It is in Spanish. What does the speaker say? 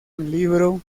libro